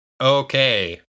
okay